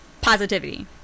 positivity